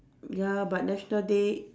ya but national day